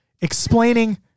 explaining